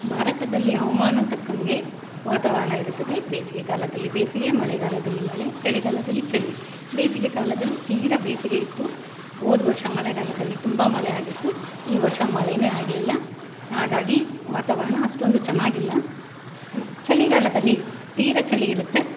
ಭಾರತದಲ್ಲಿ ಹವಾಮಾನ ತಕ್ಕಂತೆ ವಾತಾವರಣ ಇರುತ್ತದೆ ಬೇಸಿಗೆಗಾಲದಲ್ಲಿ ಬೇಸಿಗೆ ಮಳೆಗಾಲದಲ್ಲಿ ಮಳೆ ಚಳಿಗಾಲದಲ್ಲಿ ಚಳಿ ಬೇಸಿಗೆ ಕಾಲದಲ್ಲಿ ತೀರ ಬೇಸಿಗೆ ಇತ್ತು ಹೋದ ವರ್ಷ ಮಳೆಗಾಲದಲ್ಲಿ ತುಂಬ ಮಳೆಯಾಗಿತ್ತು ಈ ವರ್ಷ ಮಳೆಯೇ ಆಗಲಿಲ್ಲ ಹಾಗಾಗಿ ವಾತಾವರಣ ಅಷ್ಟೊಂದು ಚೆನ್ನಾಗಿಲ್ಲ ಚಳಿಗಾಲದಲ್ಲಿ ತೀರ ಚಳಿ ಇರುತ್ತೆ